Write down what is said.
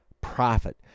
Profit